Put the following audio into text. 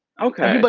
okay. but